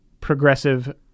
progressive